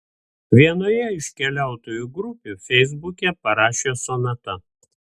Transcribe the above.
vienoje iš keliautojų grupių feisbuke parašė sonata